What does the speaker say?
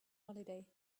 holiday